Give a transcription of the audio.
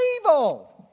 evil